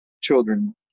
children